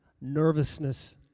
nervousness